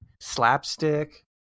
slapstick